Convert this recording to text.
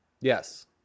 Yes